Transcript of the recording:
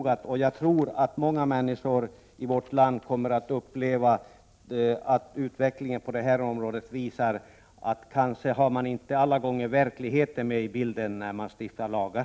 Jag tror att många människor kommer att uppleva att utvecklingen på det här området visar att man kanske inte alla gånger har verkligheten med i bilden när man stiftar lagar.